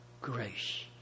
grace